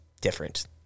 different